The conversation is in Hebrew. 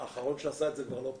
האחרון שעשה את זה כבר לא פה.